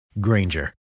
Granger